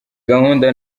gahunda